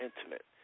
Intimate